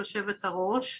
יושבת-הראש,